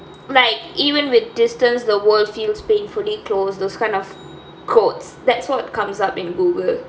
like even with distance the world feels painfully close those kind of quotes that's what comes up in Google